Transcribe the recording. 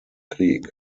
krieg